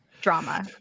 drama